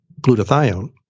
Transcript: glutathione